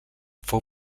fou